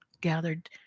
gathered